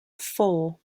four